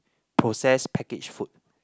processed packaged food